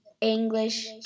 English